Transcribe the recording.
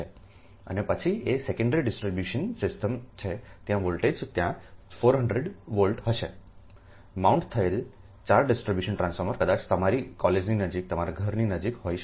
અને પછી આ સેકન્ડરી ડિસ્ટ્રિબ્યુશન સિસ્ટમ છે ત્યાં વોલ્ટેજ ત્યાં 400V હશે માઉન્ટ થયેલ 4 ડિસ્ટ્રિબ્યુશન ટ્રાન્સફોર્મર કદાચ તમારા કોલાજની નજીક તમારા ઘરની નજીક જોયા હશે